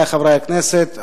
חברי חברי הכנסת,